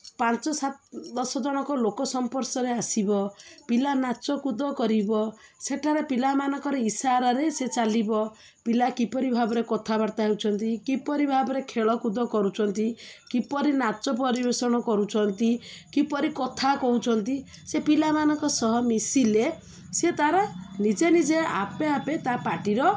ପାଞ୍ଚ ସାତ ଦଶ ଜଣଙ୍କ ଲୋକ ସଂସ୍ପର୍ଶରେ ଆସିବ ପିଲା ନାଚ କୁଦ କରିବ ସେଠାରେ ପିଲାମାନଙ୍କର ଇସାରାରେ ସେ ଚାଲିବ ପିଲା କିପରି ଭାବରେ କଥାବାର୍ତ୍ତା ହେଉଛନ୍ତି କିପରି ଭାବରେ ଖେଳକୁଦ କରୁଛନ୍ତି କିପରି ନାଚ ପରିବେଷଣ କରୁଛନ୍ତି କିପରି କଥା କହୁଛନ୍ତି ସେ ପିଲାମାନଙ୍କ ସହ ମିଶିଲେ ସେ ତା'ର ନିଜେ ନିଜେ ଆପେ ଆପେ ତା ପାଟିର